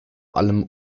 allem